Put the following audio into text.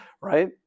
right